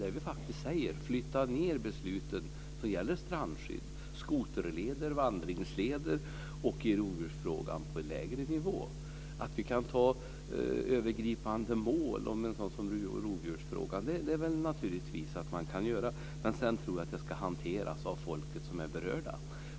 Där säger vi: Flytta ned besluten som gäller strandskydd, skoterleder och vandringsleder samt rovdjursfrågan på en lägre nivå! Naturligtvis kan vi anta övergripande mål om t.ex. rovdjursfrågan, men sedan tror jag att detta ska hanteras av folket som är berört.